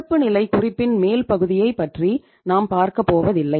இருப்புநிலைக் குறிப்பின் மேல் பகுதியைப் பற்றி நாம் பார்க்கப்போவதில்லை